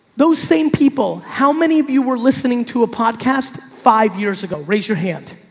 those same people. how many of you were listening to a podcast five years ago? raise your hand.